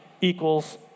equals